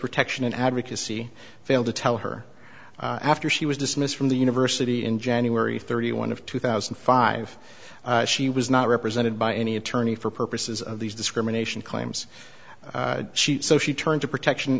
protection and advocacy failed to tell her after she was dismissed from the university in january thirty one of two thousand and five she was not represented by any attorney for purposes of these discrimination claims she so she turned to protection